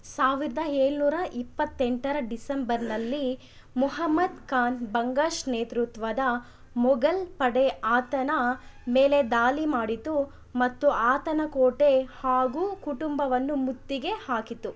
ಸಾವಿರದ ಏಳ್ನೂರ ಇಪ್ಪತ್ತೆಂಟರ ಡಿಸೆಂಬರ್ನಲ್ಲಿ ಮುಹಮ್ಮದ್ ಖಾನ್ ಬಂಗಶ್ ನೇತೃತ್ವದ ಮೊಘಲ್ ಪಡೆ ಆತನ ಮೇಲೆ ದಾಳಿ ಮಾಡಿತು ಮತ್ತು ಆತನ ಕೋಟೆ ಹಾಗೂ ಕುಟುಂಬವನ್ನು ಮುತ್ತಿಗೆ ಹಾಕಿತು